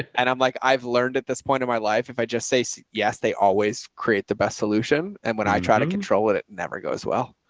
and i'm like, i've learned at this point in my life, if i just say say yes, they always create the best solution. and when i try to control it, it never goes as well.